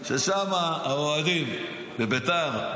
ששמה האוהדים בבית"ר?